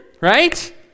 Right